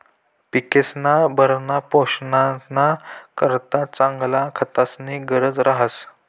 पिकेस्ना भरणपोषणना करता चांगला खतस्नी गरज रहास